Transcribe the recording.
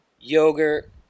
yogurt